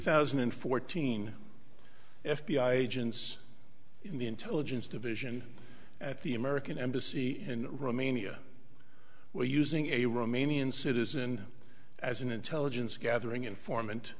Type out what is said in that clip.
thousand and fourteen f b i agents in the intelligence division at the american embassy in romania were using a romanian citizen as an intelligence gathering informant